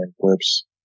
clips